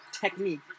technique